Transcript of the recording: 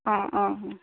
অঁ অঁ অঁ